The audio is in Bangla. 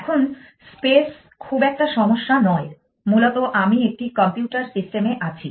এখন স্পেস খুব একটা সমস্যা নয় মূলত আমি একটি কম্পিউটার সিস্টেমে আছি